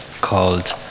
called